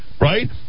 right